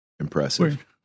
Impressive